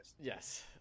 Yes